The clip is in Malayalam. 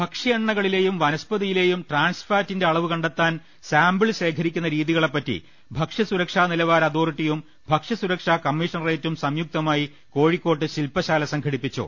ഭക്ഷ്യ എണ്ണകളിലെയും വനസ്പതിയിലെയും ട്രാൻസ്ഫാറ്റിന്റെ അളവ് കണ്ടെത്താൻ സാമ്പിൾ ശേഖ്രിക്കുന്ന രീതികളെപറ്റി ഭക്ഷ്യ സുരക്ഷാ നിലവാര അതോറിറ്റിയും ഭക്ഷ്യസുരക്ഷാ കമ്മീഷണറേ റ്റും സംയുക്തമായി കോഴിക്കോട്ട് ശില്പശാല സംഘടിപ്പിച്ചു